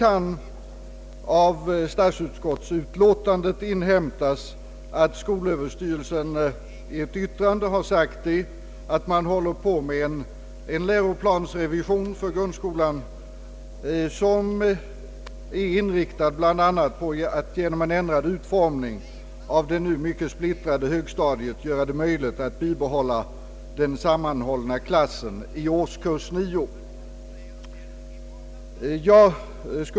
Av statsutskottets utlåtande kan inhämtas att skolöverstyrelsen i ett yttrande har sagt att man håller på med en läroplansrevision för grundskolan som är inriktad bl.a. på att genom en ändrad utformning av det nu mycket splittrade högstadiet göra det möjligt att bibehålla den sammanhållna klassen i årskurs 9.